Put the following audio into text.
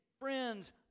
friends